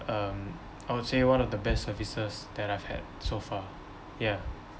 um I would say one of the best services that I've had so far yeah